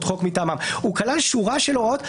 חוק מטעמן הוא כלל שורה של הוראות בחוק-יסוד: